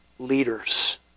Leaders